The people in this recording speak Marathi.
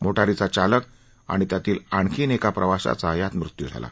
मोटारीचा चालक आणि त्यातील आणखी एका प्रवाशाचा यात मृत्यू झाला